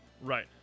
right